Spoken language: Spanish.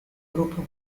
grupo